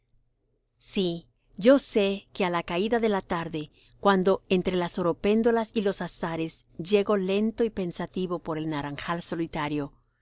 sí yo sé que á la caída de la tarde cuando entre las oropéndolas y los azahares llego lento y pensativo por el naranjal solitario